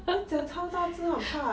脚超大只很怕